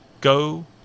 Go